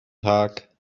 tag